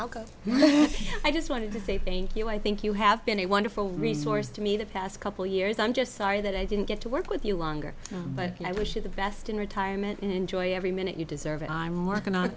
i just want to say thank you i think you have been a wonderful resource to me the past couple years i'm just sorry that i didn't get to work with you longer but i wish you the best in retirement and enjoy every minute you deserve and i'm working o